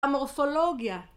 המורפולוגיה